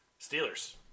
Steelers